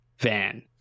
van